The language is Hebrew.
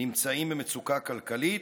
נמצאים במצוקה כלכלית,